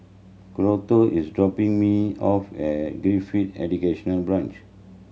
Colter is dropping me off at Gifted Educational Branch